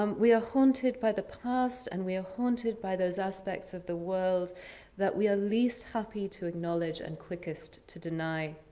um we are haunted by the past and we are haunted by those aspects of the world that we are least happy to acknowledge and quickest to deny.